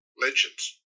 legends